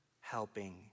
helping